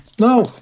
No